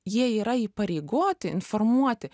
jie yra įpareigoti informuoti